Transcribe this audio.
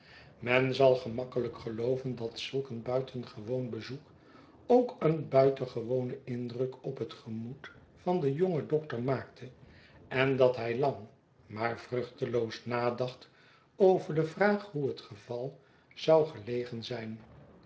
men zal gemakkelijk gelooven dat zulk een buitengewoon bezoek ook een buitengewonen indruk op het gemoed van den jongen dokter maakte en dat hij lang maar vruchteloos nadacht over de vraag hoe het geval zougelegen zijn